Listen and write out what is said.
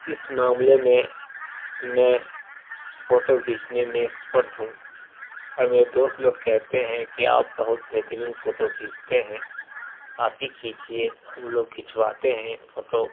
اس معاملے میں میں فوٹو کھیچنے میں اکسپرٹ ہوں اور میرے دوست لوگ کہتے ہیں کہ آپ بہت بہترین فوٹو کھیچتے ہیں آپ ہی کھیچئے ہم لوگ کھچواتے ہیں فوٹو